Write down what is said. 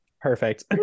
Perfect